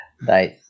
nice